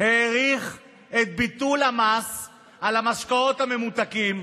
האריך את ביטול המס על המשקאות הממותקים.